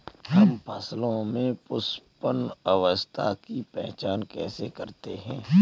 हम फसलों में पुष्पन अवस्था की पहचान कैसे करते हैं?